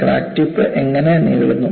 crack tip എങ്ങനെ നീളുന്നു